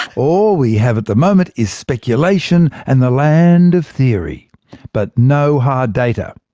all we have at the moment is speculation, and the land of theory but no hard data.